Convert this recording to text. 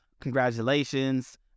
Congratulations